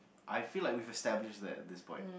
I feel like we established that at this point